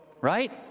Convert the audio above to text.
Right